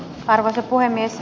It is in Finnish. arvoisa puhemies